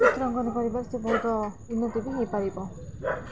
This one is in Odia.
ଚିତ୍ରଙ୍କନ କରିବ ସେ ବହୁତ ଉନ୍ନତି ବି ହେଇପାରିବ